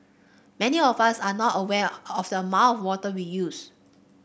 many of us are not aware of the amount of water we use